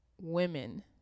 women